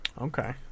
Okay